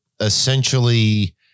essentially